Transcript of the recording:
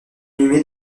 inhumée